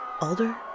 Alder